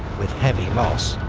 with heavy loss.